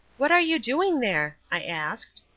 what are you doing there? i asked.